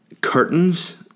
curtains